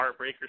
heartbreakers